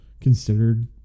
considered